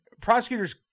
prosecutors